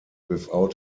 without